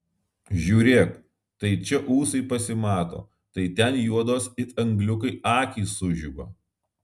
žiūrėk tai čia ūsai pasimato tai ten juodos it angliukai akys sužiba